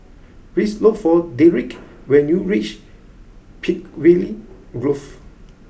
please look for Derik when you reach Peakville Grove